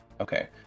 Okay